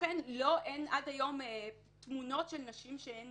אכן אין עד היום תמונות של נשים שהן